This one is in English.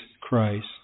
Christ